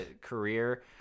career